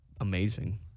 amazing